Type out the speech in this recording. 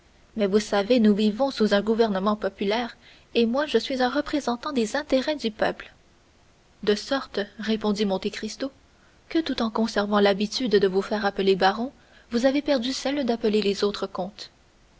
mais vous le savez nous vivons sous un gouvernement populaire et moi je suis un représentant des intérêts du peuple de sorte répondit monte cristo que tout en conservant l'habitude de vous faire appeler baron vous avez perdu celle d'appeler les autres comte